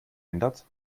ändert